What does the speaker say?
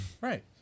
Right